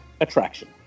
attraction